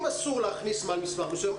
אם אסור להכניס מעל מספר מסוים,